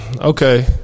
Okay